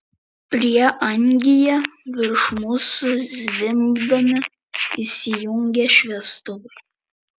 prieangyje virš mūsų zvimbdami įsijungė šviestuvai